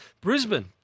Brisbane